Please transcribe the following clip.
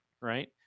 right